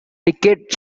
ticket